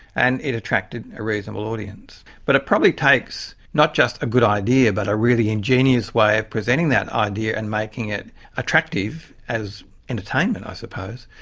and it attracted a reasonable audience. but it probably takes not just a good idea but a really ingenious way of presenting that idea and making it attractive as entertainment, i suppose,